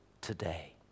today